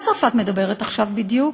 על מה צרפת מדברת עכשיו בדיוק?